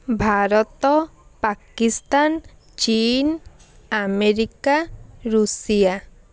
ଭାରତ ପାକିସ୍ତାନ ଚୀନ୍ America Russia